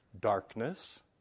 darkness